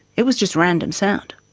it was just random sound.